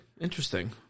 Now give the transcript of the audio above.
Interesting